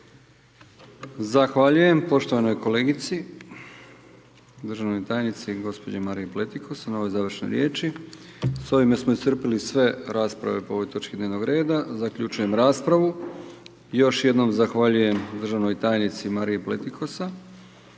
Zahvaljujem poštovanoj kolegici, državnoj tajnici gospođo Mariji Pletikosa na ovoj završnoj riječi. S ovime smo iscrpili sve rasprave po ovoj točki dnevnog reda, zaključujem raspravu i još jednom zahvaljujem držanoj tajnici Mariji Pletikosa